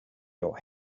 your